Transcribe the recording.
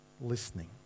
listening